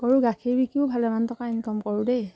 গৰু গাখীৰ বিকিও ভালেমান টকা ইনকম কৰোঁ দেই